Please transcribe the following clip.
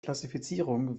klassifizierung